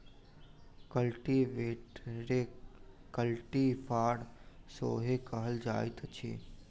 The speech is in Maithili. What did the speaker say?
कल्टीवेटरकेँ कल्टी फार सेहो कहल जाइत अछि